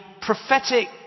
prophetic